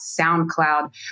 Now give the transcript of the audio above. SoundCloud